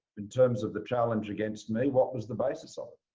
in terms of the challenge against me, what was the basis of it?